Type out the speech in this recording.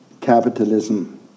capitalism